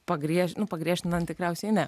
pagriež nu pagriežtinant tikriausiai ne